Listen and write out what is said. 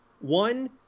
One